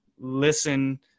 listen